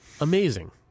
amazing